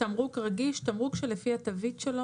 "תמרוק רגיש" - תמרוק שלפי התווית שלו